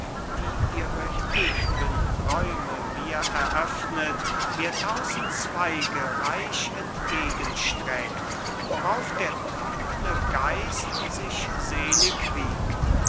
die ihre ewgen räume mir eröffnet mir tausend zweige reich entgegenstreckt worauf der trunkne geist sich selig wiegt